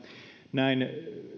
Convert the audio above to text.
näin